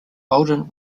bolden